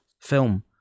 film